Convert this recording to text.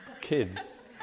kid's